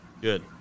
Good